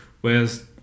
whereas